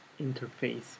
interface